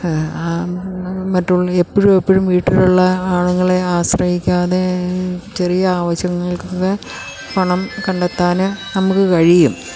മറ്റുള്ള എപ്പോഴും എപ്പോഴും വീട്ടിലുള്ള ആണുങ്ങളെ ആശ്രയിക്കാതെ ചെറിയ ആവശ്യങ്ങൾക്കൊക്കെ പണം കണ്ടെത്താൻ നമുക്ക് കഴിയും